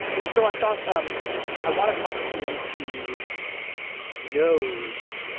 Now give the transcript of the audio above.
and so i thought, um i want to talk to someone who knows